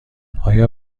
آیا